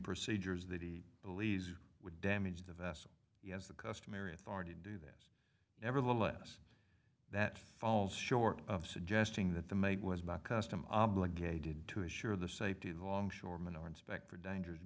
procedures that he believes would damage the vessel yes the customary authority to do this nevertheless that falls short of suggesting that the make was about custom obligated to assure the safety longshoreman or inspector dangers